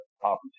opportunity